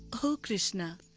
o krishna,